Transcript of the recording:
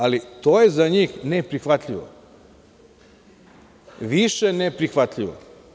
Ali, to je za njih neprihvatljivo, više neprihvatljivo.